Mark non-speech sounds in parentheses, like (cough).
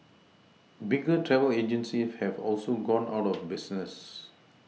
(hesitation) bigger travel agencies have also gone out of business